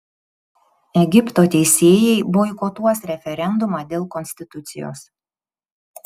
egipto teisėjai boikotuos referendumą dėl konstitucijos